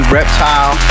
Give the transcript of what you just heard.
Reptile